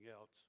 else